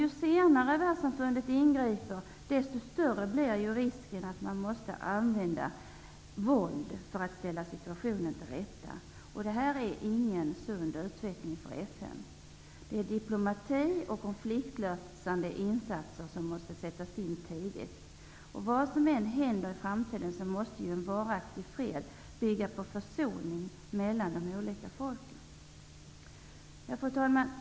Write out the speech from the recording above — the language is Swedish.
Ju senare världssamfundet ingriper, desto större blir risken att man måste använda våld för att ställa situationen till rätta. Det är ingen sund utveckling för FN. Diplomati och konfliktlösande insatser måste sättas in tidigt. Vad som än händer i framtiden måste en varaktig fred bygga på försoning mellan de olika folken. Fru talman!